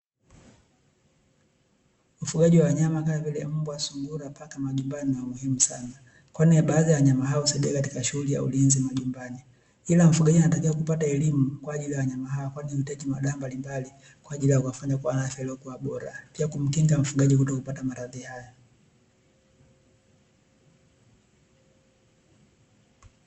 Mfugaji wa nyama kama vile mbwa, sungura ,paka majumbani niwa muhimu sana, kwani baadhi ya wanyama hao husaidai katika shughuli za ulinzi majumbani ila mfugaji anatakiwa kupata elimu kwa ajili ya wanyama hawa, kwani huhitaji madawa mbalimbali kwa ajili ya kuwafanya kuwa na afya iliyokuwa bora ya kumkinga mfungaji kutoka maradhi hayo.